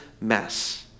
mess